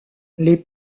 les